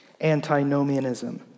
antinomianism